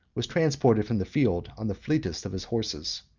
was transported from the field on the fleetest of his horses.